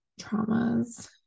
traumas